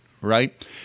right